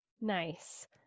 Nice